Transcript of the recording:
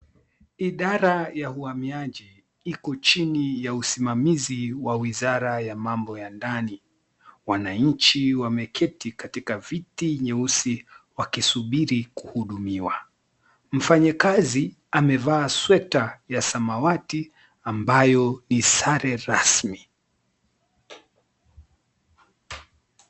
Idara ya uhamiaji iko chini ya usimamizi wa wizara wa mambo ya ndani. Wananchi wameketi katika viti nyeusi wakisubiri kuhudumiwa. Mfanyakazi amevaa sweta ya samawati ambayo ni sare rasmi.